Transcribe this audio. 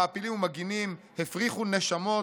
מעפילים ומגינים הפריחו נשמות,